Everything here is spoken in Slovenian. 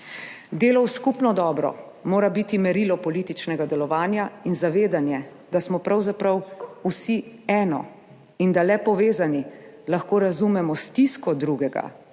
Delo v skupno dobro mora biti merilo političnega delovanja, prav tako zavedanje, da smo pravzaprav vsi eno in da le povezani lahko razumemo stisko drugega